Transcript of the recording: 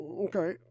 Okay